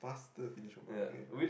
faster finish homework okay